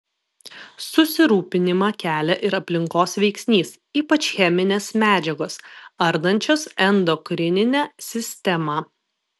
susirūpinimą kelia ir aplinkos veiksnys ypač cheminės medžiagos ardančios endokrininę sistemą